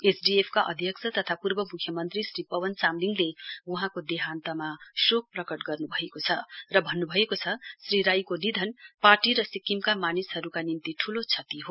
SDF का अध्यक्ष तथा पूर्व मुख्यमन्त्री श्री पवन चामलिङले वहाँको देहान्तमा शोक प्रकट गर्नुभएको छ र भन्नुभएको श्री राईको निधन पार्टी र सिक्किमका मानिसहरुका निम्ति ठूलो क्षति हो